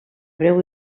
breu